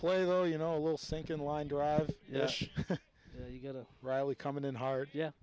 play though you know a little sink in line drive yes you get a rally coming in hard yeah